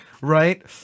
right